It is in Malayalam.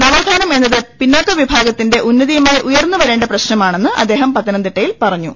നവോത്ഥാനം എന്നത് പിന്നാക്ക വിഭാഗത്തിന്റെ ഉന്നതിയുമായി ഉയർന്നു വരേണ്ട പ്രിശ്നമാണെന്ന് അദ്ദേഹം പത്തനംതിട്ടയിൽ പറഞ്ഞു